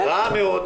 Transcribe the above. רע מאוד,